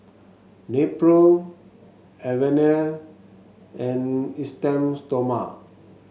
Nepro Avene and Esteem Stoma